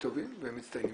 טובים ומצטיינים,